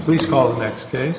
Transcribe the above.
please call the next day